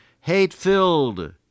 Hate-filled